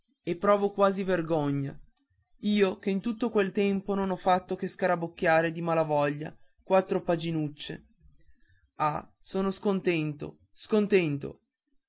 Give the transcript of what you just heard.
e provo quasi vergogna io che in tutto quel tempo non ho fatto che scarabocchiare di mala voglia quattro paginuccie ah sono scontento scontento